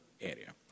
area